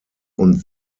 und